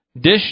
Dish